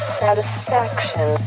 satisfaction